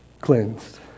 cleansed